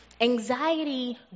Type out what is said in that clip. anxiety